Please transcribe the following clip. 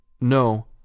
No